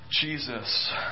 Jesus